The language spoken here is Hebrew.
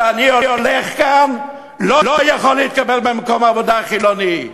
שאני הולך כאן ולא יכול להתקבל במקום העבודה החילוני.